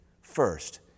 First